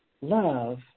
love